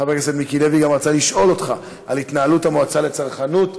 חבר הכנסת מיקי לוי רצה לשאול אותך גם על התנהלות המועצה לצרכנות.